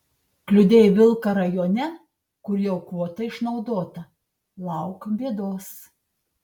kliudei vilką rajone kur jau kvota išnaudota lauk bėdos